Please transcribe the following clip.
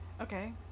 Okay